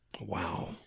Wow